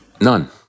None